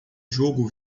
jogo